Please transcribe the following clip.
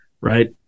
right